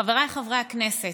חבריי חברי הכנסת,